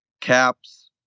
caps